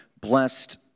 blessed